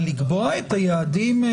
אבל לקבוע את היעדים?